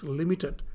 limited